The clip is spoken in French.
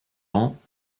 ans